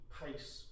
pace